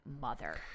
mother